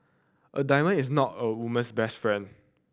a diamond is not a woman's best friend